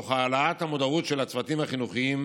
תוך העלאת המודעות של הצוותים החינוכיים,